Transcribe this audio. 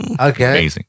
Okay